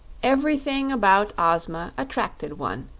everything about ozma attracted one,